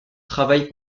travaille